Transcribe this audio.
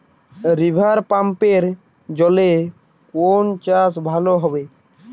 রিভারপাম্পের জলে কোন চাষ ভালো হবে?